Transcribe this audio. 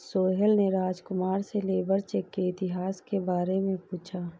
सोहेल ने राजकुमार से labour check के इतिहास के बारे में पूछा